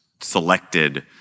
selected